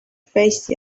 face